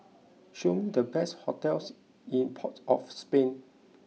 show me the best hotels in Port of Spain